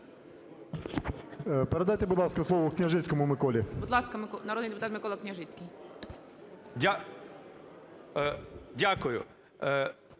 Передайте, будь ласка, слово Княжицькому Миколі. ГОЛОВУЮЧИЙ. Будь ласка, народний депутат Микола Княжицький.